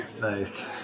Nice